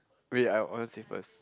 wait I I want to say first